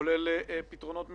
כולל פתרונות מבניים?